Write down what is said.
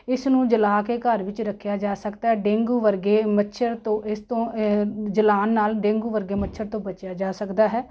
ਇਸ ਨੂੰ ਜਲਾ ਕੇ ਘਰ ਵਿੱਚ ਰੱਖਿਆ ਜਾ ਸਕਦਾ ਹੈ ਡੇਂਗੂ ਵਰਗੇ ਮੱਛਰ ਤੋਂ ਇਸ ਤੋਂ ਜਲਾਉਣ ਨਾਲ ਡੇਂਗੂ ਵਰਗੇ ਮੱਛਰ ਤੋਂ ਬਚਿਆ ਜਾ ਸਕਦਾ ਹੈ